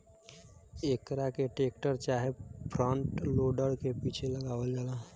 एकरा के टेक्टर चाहे फ्रंट लोडर के पीछे लगावल जाला